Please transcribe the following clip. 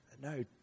No